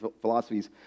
philosophies